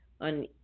On